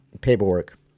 Paperwork